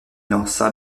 lança